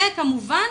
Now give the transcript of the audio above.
וכמובן